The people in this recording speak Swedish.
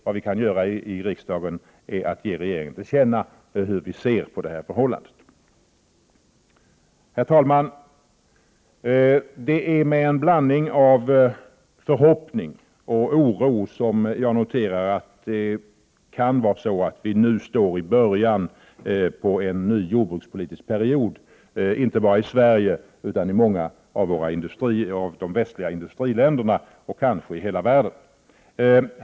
Vad vi kan göra i riksdagen är att ge regeringen till känna hur vi ser på förhållandet. Herr talman! Det är med en blandning av förhoppning och oro som jag noterar att det kan vara så, att vi nu befinner oss i början av en ny jordbrukspolitisk period, och det gäller inte bara Sverige utan många av industriländerna i Väst. Kanske gäller det hela världen.